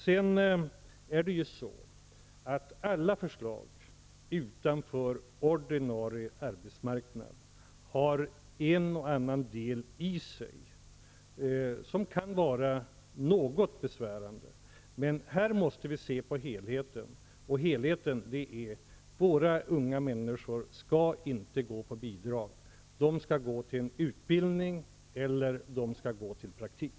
Alla förslag som går utanför ordinarie arbetsmarknad har ett och annat inslag som kan vara något besvärande, men här måste vi se på helheten, och det innebär att våra ungdomar inte skall leva på bidrag utan skall gå in i utbildning eller praktik.